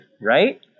right